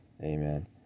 Amen